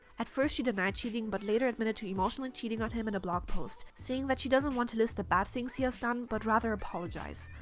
at first she denied cheating but later admitted to emotionally cheating on him in a blog post, saying that she doesn't want to list the bad things he has done but rather apologize.